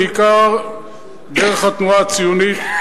בעיקר דרך התנועה הציונית,